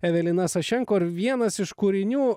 evelina sašenko ir vienas iš kūrinių